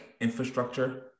infrastructure